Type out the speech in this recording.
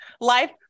Life